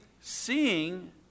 seeing